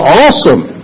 awesome